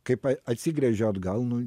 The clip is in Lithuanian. kaip atsigręžiu atgal nu